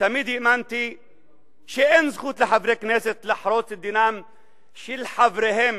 תמיד האמנתי שאין זכות לחברי כנסת לחרוץ את דינם של חבריהם,